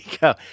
go